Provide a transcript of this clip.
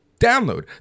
download